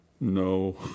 No